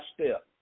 step